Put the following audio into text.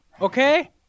okay